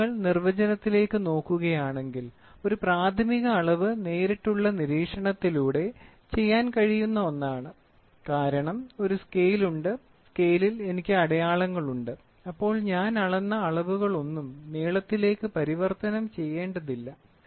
ഇനി നിങ്ങൾ നിർവചനത്തിലേക്ക് നോക്കുകകയാണെങ്കിൽ ഒരു പ്രാഥമിക അളവ് നേരിട്ടുള്ള നിരീക്ഷണത്തിലൂടെ ചെയ്യാൻ കഴിയുന്ന ഒന്നാണ് കാരണം ഒരു സ്കെയിൽ ഉണ്ട് സ്കെയിലിൽ എനിക്ക് അടയാളങ്ങളുണ്ട് അപ്പോൾ ഞാൻ അളന്ന അളവുകളൊന്നും നീളത്തിലേക്ക് പരിവർത്തനം ചെയ്യേണ്ടതില്ല